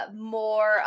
more